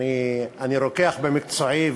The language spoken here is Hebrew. אני רוקח במקצועי,